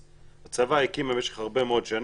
הצבא הקים במשך הרבה מאוד שנים,